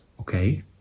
okay